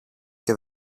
και